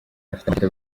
afite